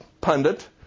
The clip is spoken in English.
pundit